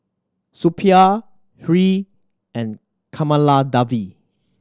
Suppiah Hri and Kamaladevi